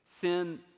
Sin